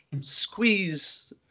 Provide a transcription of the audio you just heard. squeeze